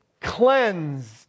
cleansed